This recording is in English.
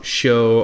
show